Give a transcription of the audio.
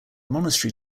monastery